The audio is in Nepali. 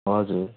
हजुर